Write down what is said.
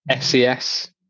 SES